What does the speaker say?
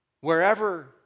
Wherever